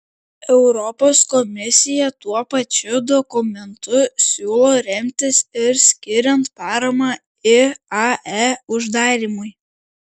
europos komisija tuo pačiu dokumentu siūlo remtis ir skiriant paramą iae uždarymui